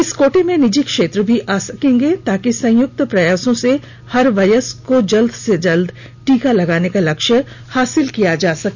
इस कोटे में निजी क्षेत्र भी आ सकेंगे ताकि संयुक्त प्रयासों से हर वयस्क को जल्द से जल्द टीका लगाने का लक्ष्य हासिल किया सके